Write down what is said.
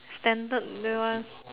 standard that one